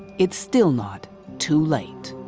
it's still not too late.